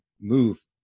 move